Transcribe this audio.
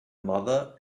mother